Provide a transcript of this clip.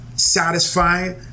satisfying